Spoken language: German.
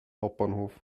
hauptbahnhof